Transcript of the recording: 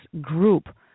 group